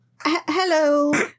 hello